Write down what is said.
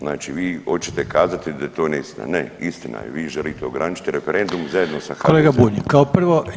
Znači vi hoćete kazati da je to neistina, ne, istina je, vi želite ograničiti referendum [[Upadica: Kolega Bulj, kao prvo…]] zajedno sa HDZ-om.